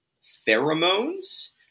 pheromones